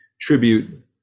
tribute